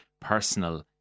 personal